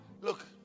Look